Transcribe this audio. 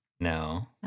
No